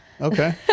Okay